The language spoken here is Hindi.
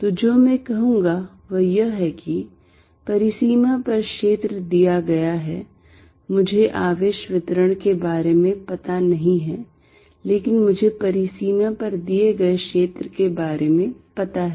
तो जो मैं कहूंगा वह यह है कि परिसीमा पर क्षेत्र दिया गया है मुझे आवेश वितरण के बारे में पता नहीं है लेकिन मुझे परिसीमा पर दिए गए क्षेत्र के बारे में पता है